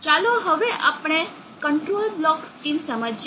ચાલો હવે આપણે કંટ્રોલ બ્લોક સ્કીમ સમજીએ